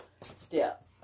step